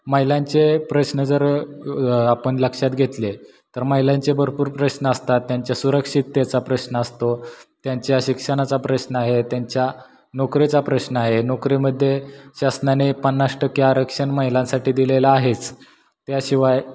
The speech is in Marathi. महिलांचे प्रश्न जर आपण लक्षात घेतले तर महिलांचे भरपूर प्रश्न असतात त्यांच्या सुरक्षितेचा प्रश्न असतो त्यांच्या शिक्षणाचा प्रश्न आहे त्यांच्या नोकरीचा प्रश्न आहे नोकरीमध्ये शासनाने पन्नास टक्के आरक्षण महिलांसाठी दिलेलं आहेच त्याशिवाय